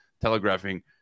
telegraphing